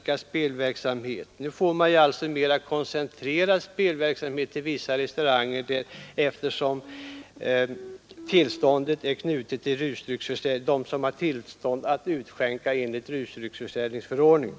Denna spelverksamhet kommer då att koncentreras till sådana restauranger som har tillstånd att utskänka spritdrycker enligt rusdrycksförsäljningsförordningen.